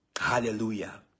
Hallelujah